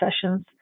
sessions